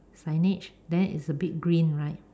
signage then it's a bit green right